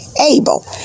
able